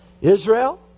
Israel